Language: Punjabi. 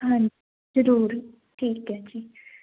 ਹਾਂਜੀ ਜਰੂਰ ਠੀਕ ਐ ਜੀ